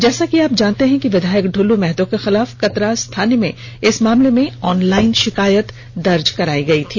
जैसा कि आप जानते हैं विधायक दुल्लू महतो के खिलाफ कतरास थाने में इस मामले में ऑनलाइन शिकायत की गई थी